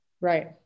right